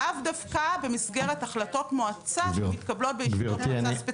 לאו דווקא במסגרת החלטות מועצה שמתקבלות בישיבות מועצה ספציפיות.